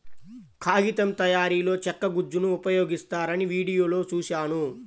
కాగితం తయారీలో చెక్క గుజ్జును ఉపయోగిస్తారని వీడియోలో చూశాను